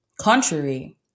contrary